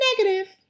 Negative